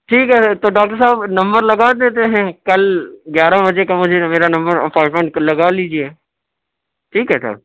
ٹھیک ہے تو ڈاکٹر صاحب نمبر لگا دیتے ہیں کل گیارہ بجے کا مجھے میرا نمبر اپوائنٹمینٹ لگا لیجیے ٹھیک ہے سر